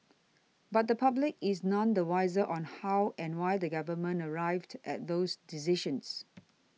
but the public is none the wiser on how and why the Government arrived at those decisions